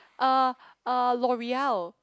uh L'oreal